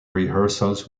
rehearsals